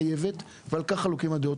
ומחייבת, מצד אחד, ועל כך חלוקות הדעות.